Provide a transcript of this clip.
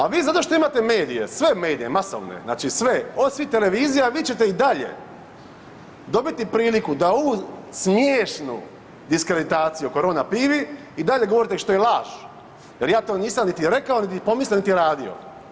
A vi zato što imate medije, sve medije, masovne, znači sve od svih televizija vi ćete i dalje dobiti priliku da ovu smiješnu diskreditaciju korona pivi i dalje govorite što je laž jer ja to nisam niti rekao, niti pomislio, niti radio.